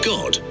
God